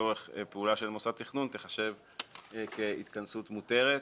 לצורך פעולה של מוסד תכנון תחשב כהתכנסות מותרת,